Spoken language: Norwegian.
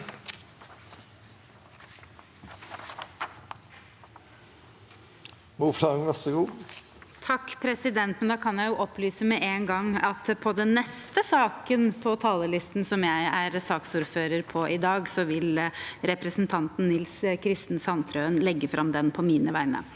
for saken): Jeg kan opplyse med en gang at den neste saken på sakslisten som jeg er ordfører for i dag, vil representanten Nils Kristen Sandtrøen legge fram på mine vegne.